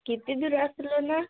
କେତେ ଦୂର ଆସିଲ ନା